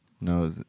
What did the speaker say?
no